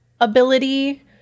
ability